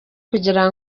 kugira